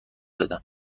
بدم